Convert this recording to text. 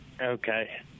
Okay